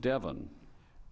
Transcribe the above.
devon